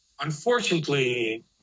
unfortunately